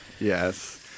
Yes